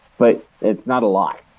but it's not a lot.